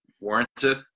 warranted